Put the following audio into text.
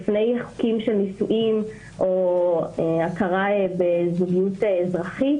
לפני חוקים של נישואין או הכרה בזוגיות אזרחית.